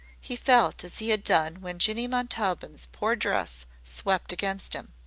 he felt as he had done when jinny montaubyn's poor dress swept against him.